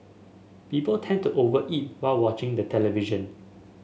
people tend to over eat while watching the television